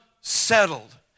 settled